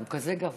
הוא כזה גבוה?